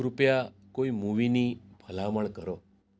કૃપયા કોઈ મૂવીની ભલામણ કરો